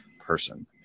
person